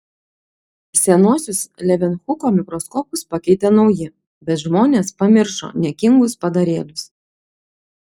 senuosius levenhuko mikroskopus pakeitė nauji bet žmonės pamiršo niekingus padarėlius